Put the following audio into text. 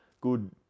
good